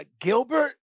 Gilbert